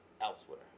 elsewhere